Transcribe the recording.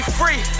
free